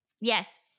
Yes